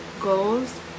goals